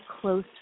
close